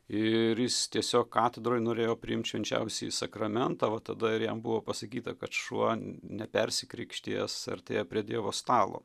ir jis tiesiog katedroj norėjo priimt švenčiausiąjį sakramentą o tada ir jam buvo pasakyta kad šuo nepersikrikštijęs artėja prie dievo stalo